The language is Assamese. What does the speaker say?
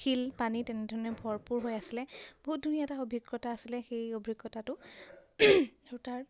শিল পানী তেনেধৰণে ভৰপূৰ হৈ আছিলে বহুত ধুনীয়া এটা অভিজ্ঞতা আছিলে সেই অভিজ্ঞতাটো আৰু তাৰ